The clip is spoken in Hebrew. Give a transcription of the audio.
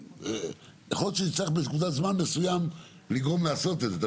יכול להיות שנצטרך בנקודת זמן מסוימת לגרום לעשות את זה.